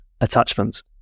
attachments